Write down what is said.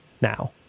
now